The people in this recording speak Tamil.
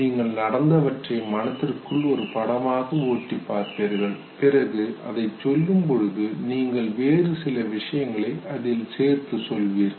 நீங்கள் நடந்தவற்றை மனதிற்குள் ஒரு படமாக ஓட்டிப் பார்ப்பீர்கள் பிறகு அதை சொல்லும்போது நீங்கள் வேறு சில விஷயங்களை அதில் சேர்த்துக் சொல்வீர்கள்